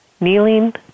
kneeling